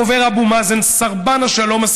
חברת הכנסת סבטלובה,